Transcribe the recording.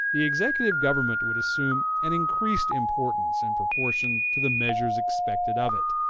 the executive government would assume an increased importance in proportion to the measures expected of it,